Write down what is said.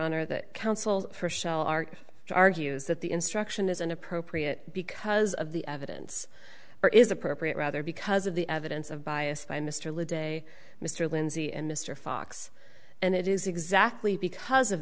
honor the counsel for shell art argues that the instruction is an appropriate because of the evidence there is appropriate rather because of the evidence of bias by mr le de mr lindsey and mr fox and it is exactly because of